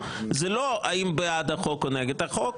זה לא האם בעד החוק או נגד החוק,